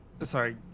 Sorry